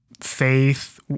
faith